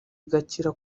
igakira